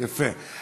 יפה.